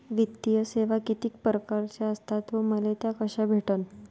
वित्तीय सेवा कितीक परकारच्या असतात व मले त्या कशा भेटन?